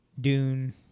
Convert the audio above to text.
Dune